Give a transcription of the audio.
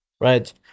Right